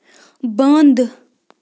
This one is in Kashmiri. بنٛد